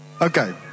Okay